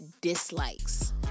dislikes